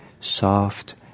soft